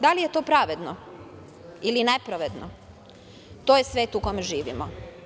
Da li je to pravedno ili nepravedno, to je svet u kome živimo.